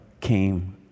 came